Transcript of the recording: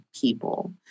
people